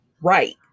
right